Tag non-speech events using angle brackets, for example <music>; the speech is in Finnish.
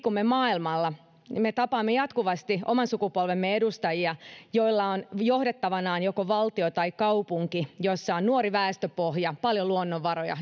<unintelligible> kun me liikumme maailmalla me tapaamme jatkuvasti oman sukupolvemme edustajia joilla on johdettavanaan joko valtio tai kaupunki jossa on nuori väestöpohja paljon luonnonvaroja <unintelligible>